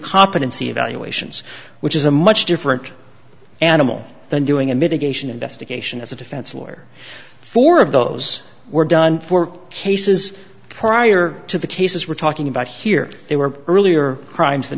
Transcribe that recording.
competency evaluations which is a much different animal than doing a mitigation investigation as a defense lawyer four of those were done four cases prior to the cases we're talking about here there were earlier crimes that